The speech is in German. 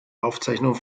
aufzeichnung